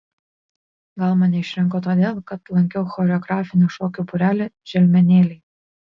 gal mane išrinko todėl kad lankiau choreografinį šokių būrelį želmenėliai